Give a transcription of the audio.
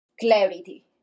clarity